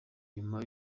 nyuma